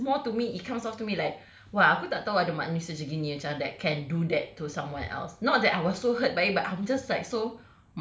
I think it's just more to me it comes off to me like !wah! aku tak tahu ada manusia macam gini macam that can do that to someone else not that I was so hurt by it but I'm just like so